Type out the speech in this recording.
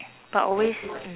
but always